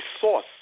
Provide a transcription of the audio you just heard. source